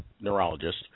neurologist